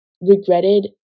regretted